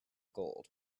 gold